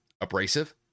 abrasive